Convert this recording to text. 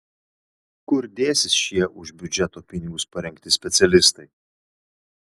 kur dėsis šie už biudžeto pinigus parengti specialistai